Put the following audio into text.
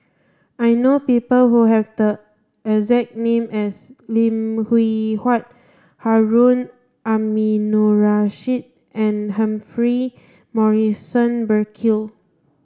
I know people who have the exact name as Lim Hwee Hua Harun Aminurrashid and Humphrey Morrison Burkill